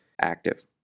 active